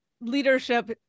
leadership